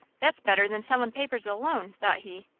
that's better than sellin' papers alone, thought he.